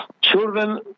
children